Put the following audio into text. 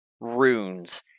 runes